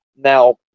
Now